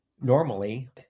Normally